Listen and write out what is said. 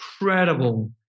incredible